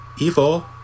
Evil